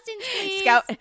scout